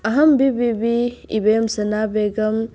ꯑꯍꯝꯕꯤ ꯕꯤꯕꯤ ꯏꯕꯦꯝꯁꯅꯥ ꯕꯦꯒꯝ